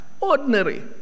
ordinary